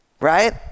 right